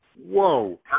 whoa